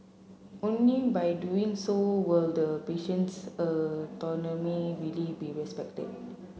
only by doing so will the patient's autonomy really be respected